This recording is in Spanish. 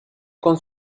con